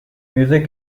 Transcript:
music